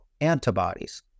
antibodies